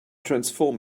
transform